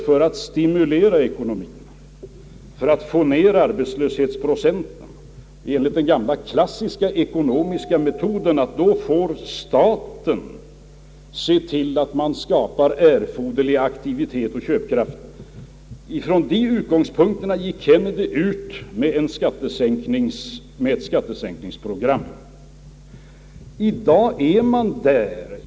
För att stimulera ekonomien och minska arbetslösheten gick Kennedy till väga enligt den klassiska ekonomiska metoden, nämligen att staten skulle se till att det skapas erforderlig aktivitet och köpkraft. Från de utgångspunkterna gick Kennedy ut med ett skattesänkningsprogram, I dag är läget annorlunda.